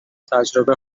تجربه